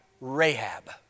Rahab